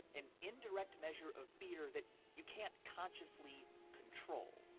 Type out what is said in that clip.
an indirect measure of fear that you can't consciously control.